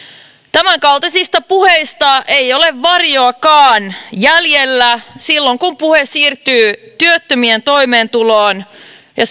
tämänkaltaisista puheista ei ole varjoakaan jäljellä silloin kun puhe siirtyy työttömien toimeentuloon ja